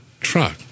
truck